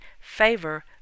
favor